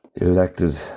elected